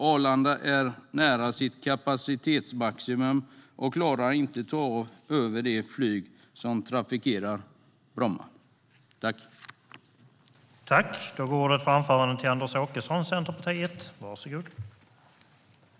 Arlanda är nära sitt kapacitetsmaximum och klarar inte av att ta över de flygplan som trafikerar Bromma.